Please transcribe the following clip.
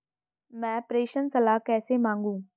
मैं प्रेषण सलाह कैसे मांगूं?